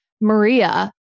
Maria